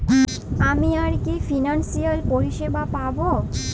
আমি আর কি কি ফিনান্সসিয়াল পরিষেবা পাব?